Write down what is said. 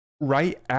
right